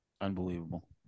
Unbelievable